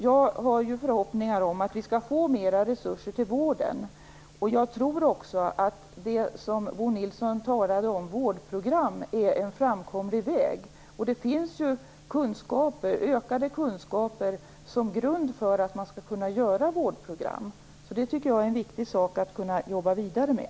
Jag har förhoppningar om att vi skall få mera resurser till vården, och jag tror också att det som Bo Nilsson talade om, nämligen vårdprogram, är en framkomlig väg. Och det finns ju ökade kunskaper som grund för att man skall kunna göra vårdprogram. Det tycker jag är viktigt att jobba vidare med.